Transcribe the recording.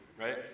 right